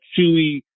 chewy